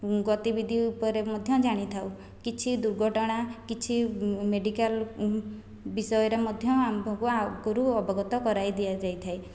ଗତିବିଧି ଉପରେ ମଧ୍ୟ ଜାଣିଥାଉ କିଛି ଦୁର୍ଘଟଣା କିଛି ମେଡ଼ିକାଲ ବିଷୟରେ ମଧ୍ୟ ଆମ୍ଭକୁ ଆଗରୁ ଅବଗତ କରାଇ ଦିଆଯାଇଥାଏ